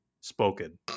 spoken